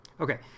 Okay